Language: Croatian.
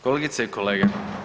Kolegice i kolege.